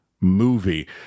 movie